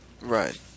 Right